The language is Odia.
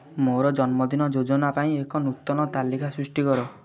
ମୋର ଜନ୍ମଦିନ ଯୋଜନା ପାଇଁ ଏକ ନୂତନ ତାଲିକା ସୃଷ୍ଟି କର